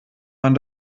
man